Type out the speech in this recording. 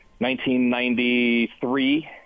1993